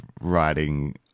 writing